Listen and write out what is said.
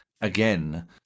again